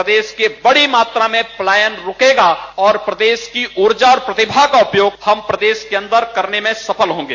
प्रदेश की बड़ी मात्रा में पलायन रूकेगा और प्रदेश की उर्जा और प्रतिभा का उपयोग हम प्रदेश के अन्दर करने में सफल होंगे